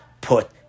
put